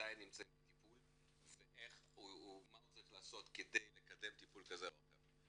עדיין נמצאות בטפול ומה הוא צריך לעשות כדי לקדם טיפול כזה או אחר.